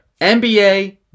NBA